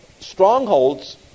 strongholds